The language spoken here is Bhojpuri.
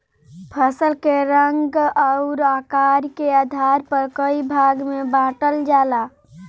फसल के रंग अउर आकार के आधार पर कई भाग में बांटल जाला